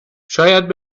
شاید